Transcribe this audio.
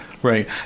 Right